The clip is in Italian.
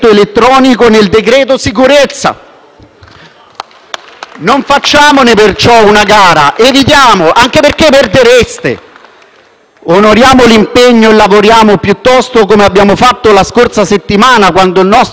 Non facciamone perciò una gara; evitiamo, anche perché perdereste. Onoriamo l'impegno e lavoriamo piuttosto, come abbiamo fatto la scorsa settimana, quando il nostro Capogruppo della Lega ha organizzato un convegno